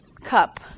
cup